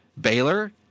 Baylor